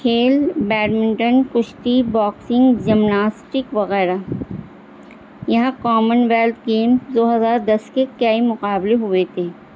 کھیل بیڈمنٹن کشتی boxing gymnastic وغیرہ یہاں کامن ویلتھ گیم دو ہزار دس کے کئی مقابلے ہوئے تھے